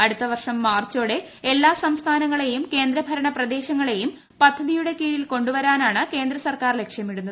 അടുത്ത വർഷം മാർച്ചോടെ എല്ലാ സംസ്ഥാനങ്ങളേയും കേന്ദ്രഭരണ പ്രദേശങ്ങളേയും പദ്ധതിയുടെ കീഴിൽ കൊണ്ടുവരാനാണ് കേന്ദ്ര സർക്കാർ ലക്ഷ്യമിടുന്നത്